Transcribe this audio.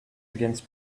against